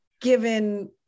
given